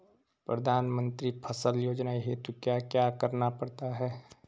प्रधानमंत्री फसल योजना हेतु क्या क्या करना पड़ता है?